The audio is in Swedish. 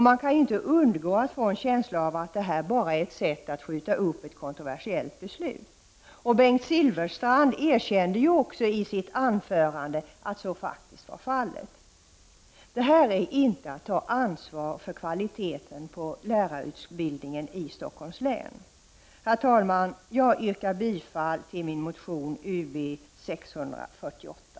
Man kan inte undgå att få en känsla av att detta är ett sätt att skjuta upp ett kontroversiellt beslut. Bengt Silfverstrand erkände också i sitt anförande att detta var fallet. Detta är inte att ta ansvar för kvaliteten på lärarutbildningen i Stockholmsregionen. Herr talman, jag yrkar bifall till motion 1987/88:Ub648.